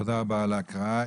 תודה רבה על ההקראה.